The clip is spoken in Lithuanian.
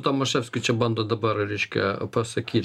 tomaševskiu čia bandot dabar reiškia pasakyt